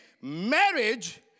Marriage